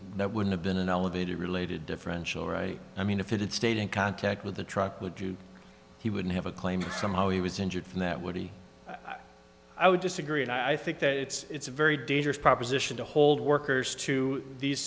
that would have been an elevator related differential right i mean if it had stayed in contact with the truck would you he wouldn't have a claim that somehow he was injured from that woody i would disagree and i think that it's a very dangerous proposition to hold workers to these